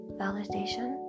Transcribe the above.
validation